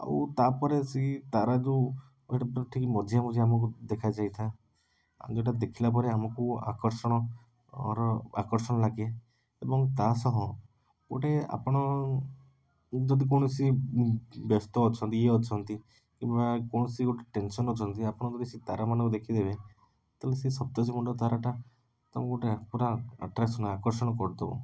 ଆଉ ତା'ପରେ ସେଇ ତାରା ଯେଉଁ ଯେଉଁଟା ପୂରା ଠିକ୍ ମଝିଆ ମଝି ଆମକୁ ଦେଖାଯାଇଥାଏ ଆମେ ଯେଉଁଟା ଦେଖିଲାପରେ ଆମକୁ ଆକର୍ଷଣର ଆକର୍ଷଣ ଲାଗେ ଏବଂ ତା' ସହ ଗୋଟେ ଆପଣ ଯଦି କୌଣସି ଉଁ ବ୍ୟସ୍ତ ଅଛନ୍ତି ଇଏ ଅଛନ୍ତି କିମ୍ବା କୌଣସି ଗୋଟେ ଟେନସନ୍ ଅଛନ୍ତି ଆପଣ ଯଦି ସେଇ ତାରାମାନଙ୍କୁ ଦେଖିଦେବେ ତେଣୁ ସେଇ ସପ୍ତର୍ଷିମଣ୍ଡଳ ତାରାଟା ତୁମକୁ ଗୋଟେ ପୂରା ଆଟ୍ରାକ୍ସନ୍ ଆକର୍ଷଣ କରିଦେବ